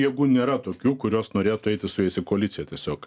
jėgų nėra tokių kurios norėtų eiti su jais į koaliciją tiesiog